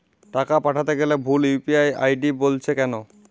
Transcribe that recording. টাকা পাঠাতে গেলে ভুল ইউ.পি.আই আই.ডি বলছে কেনো?